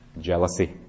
jealousy